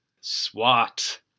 swat